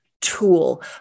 tool